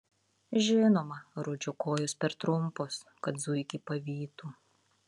žinoma rudžio kojos per trumpos kad zuikį pavytų